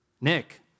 Nick